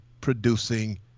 producing